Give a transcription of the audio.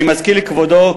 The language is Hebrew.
אני מזכיר לכבודו